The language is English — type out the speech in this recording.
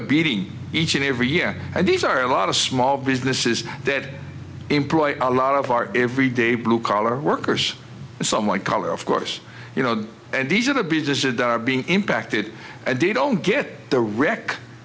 a beating each and every year and these are a lot of small businesses that employ a lot of our every day blue collar workers and some white collar of course you know and these are the businesses that are being impacted and they don't get the wreck